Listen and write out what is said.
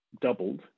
doubled